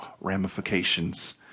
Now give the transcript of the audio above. ramifications